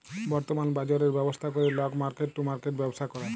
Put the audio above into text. বর্তমাল বাজরের ব্যবস্থা ক্যরে লক মার্কেট টু মার্কেট ব্যবসা ক্যরে